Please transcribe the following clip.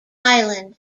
island